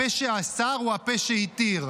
הפה שאסר הוא הפה שהתיר,